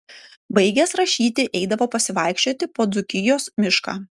baigęs rašyti eidavo pasivaikščioti po dzūkijos mišką